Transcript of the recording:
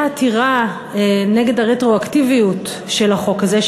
עתירה נגד הרטרואקטיביות של החוק הזה,